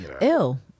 ill